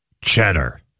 cheddar